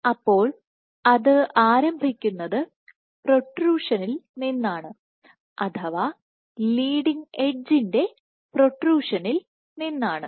അപ്പോൾ അത് ആരംഭിക്കുന്നത് പ്രൊട്രുഷനിൽ നിന്നാണ് അഥവാ ലീഡിംഗ് എഡ്ജിന്റെ പ്രൊട്രുഷനിൽ നിന്നാണ്